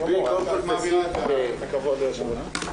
כבוד היו"ר.